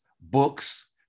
books